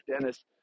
Dennis